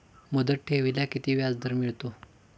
मुदत ठेवीला किती व्याजदर मिळतो?